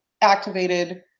activated